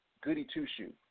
goody-two-shoe